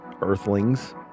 earthlings